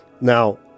Now